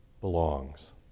belongs